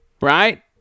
right